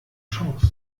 chance